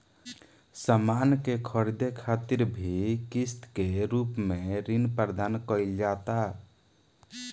सामान के ख़रीदे खातिर भी किस्त के रूप में ऋण प्रदान कईल जाता